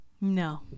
no